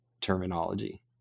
terminology